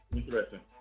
Interesting